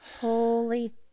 holy